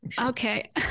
Okay